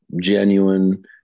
genuine